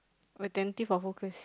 attentive or focus